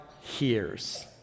hears